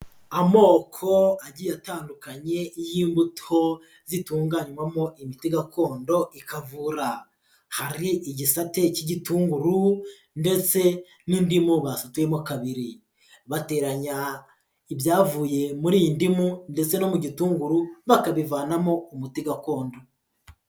Amoko agiye atandukanye y'imbuto zitunganywamo imiti gakondo ikavura, hari igisate cy'igitunguru ndetse n'indimu basatuyemo kabiri, bateranya ibyavuye muri iyi ndimu ndetse no mu gitunguru, bakabivanamo umuti gakondo.